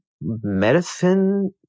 medicine